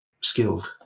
skilled